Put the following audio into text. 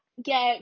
get